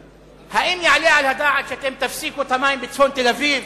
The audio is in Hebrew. האם יעלה על הדעת שאתם תפסיקו את המים בצפון תל-אביב?